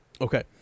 okay